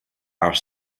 are